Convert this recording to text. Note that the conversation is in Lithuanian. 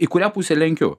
į kurią pusę lenkiu